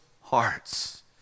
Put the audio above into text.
hearts